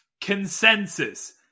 Consensus